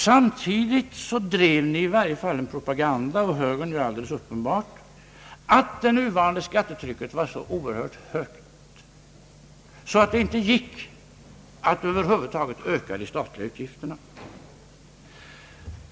Samtidigt drev ni — i varje fall högern — en propaganda om att det nuvarande skattetrycket var så oerhört högt att det inte gick att öka de statliga utgifterna.